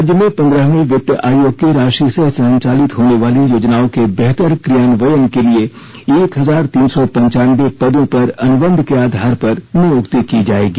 राज्य में पंद्रहवे वित्त आयोग की राशि से संचालित होनेवाली योजनाओं के बेहतर क्रियान्वयन के लिए एक हजार तीन सौ पंचानबे पदों पर अनुबंध के आधार पर नियुक्ति की जाएगी